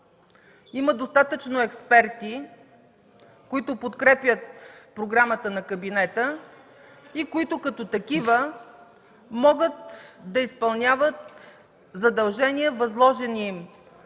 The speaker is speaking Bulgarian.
Има достатъчно експерти, които подкрепят програмата на кабинета и като такива могат да изпълняват задължения, възложени им